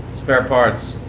spare parts.